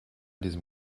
diesem